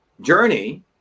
journey